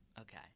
Okay